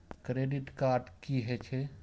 Credit card की हे छे?